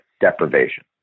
deprivation